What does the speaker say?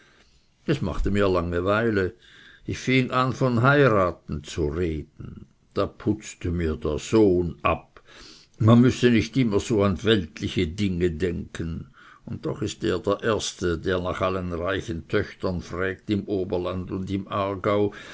es machte mir langeweile ich fing an von heiraten zu reden da putzte mir der sohn ab man müsse nicht immer so an weltliche dinge denken und doch ist er der erste der nach allen reichen töchtern fragt im oberland und im aargau